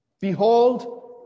Behold